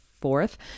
fourth